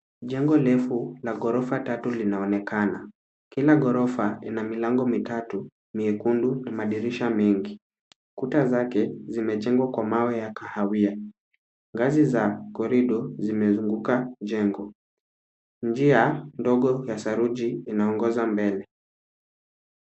Jengo refu la ghorofa tatu linaonekana. Kila ghorofa ina milango mitatu myekundu na madirisha mengi. Kuta zake zimejengwa kwa mawe ya kahawia. Ngazi za korido zimezunguka jengo. Njia ndogo ya saruji inaongoza mbele.